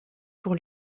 pour